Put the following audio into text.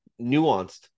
nuanced